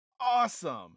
awesome